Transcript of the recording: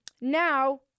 now